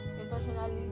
intentionally